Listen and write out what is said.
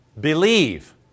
believe